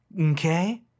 Okay